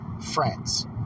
France